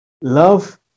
Love